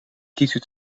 kiezen